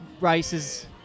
races